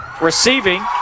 Receiving